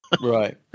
right